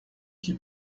que